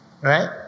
Right